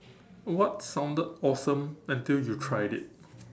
what sounded awesome until you tried it